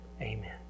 Amen